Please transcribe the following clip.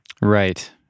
Right